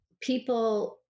people